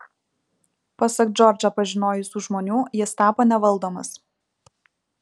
pasak džordžą pažinojusių žmonių jis tapo nevaldomas